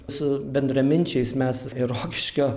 su bendraminčiais mes ir rokiškio